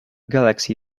galaxy